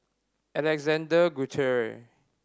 Alexander Guthrie